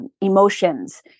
emotions